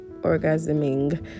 orgasming